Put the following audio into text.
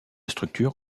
structure